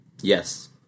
Yes